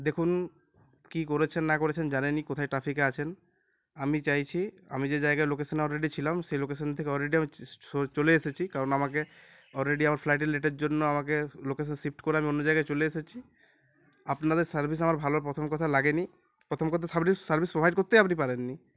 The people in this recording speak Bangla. দেখুন কি করেছেন না করেছেন জানেন কোথায় ট্রাফিকে আছেন আমি চাইছি আমি যে জায়গায় লোকেশান অলরেডি ছিলাম সেই লোকেশান থেকে অলরেডি আমি চলে এসেছি কারণ আমাকে অলরেডি আমার ফ্লাইটে লেটের জন্য আমাকে লোকেশান শিফট করে আমি অন্য জায়গায় চলে এসেছি আপনাদের সার্ভিস আমার ভালো প্রথম কথা লাগে নি প্রথম কথা সারভিস সারভিস প্রোভাইড করতেই আপনি পারেন নি